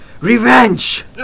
Revenge